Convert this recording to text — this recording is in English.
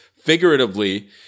figuratively